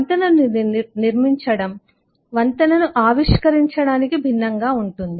వంతెనను నిర్మించడం అనేది వంతెనను ఆవిష్కరించడానికి భిన్నంగా ఉంటుంది